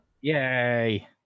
Yay